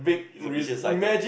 it's a vicious cycle